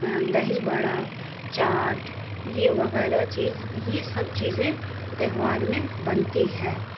دہی بڑا چاٹ یہ وغیرہ چیز یہ سب چیزیں تہوار میں بنتی ہیں